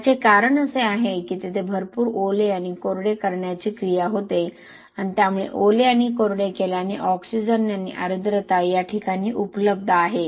याचे कारण असे की तेथे भरपूर ओले आणि कोरडे करण्याची क्रिया होते आणि त्यामुळे ओले आणि कोरडे केल्याने ऑक्सिजन आणि आर्द्रता या ठिकाणी उपलब्ध आहे